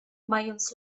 mając